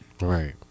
Right